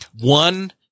one